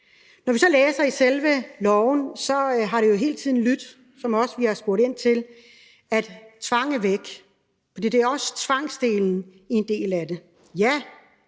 I forhold til selve lovforslaget har det jo hele tiden lydt, som vi også har spurgt ind til, at tvang er væk – for det er også tvangsdelen – i en del af det. Ja,